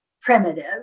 primitive